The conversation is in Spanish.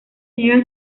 niegan